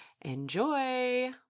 Enjoy